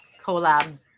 collab